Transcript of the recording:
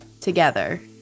Together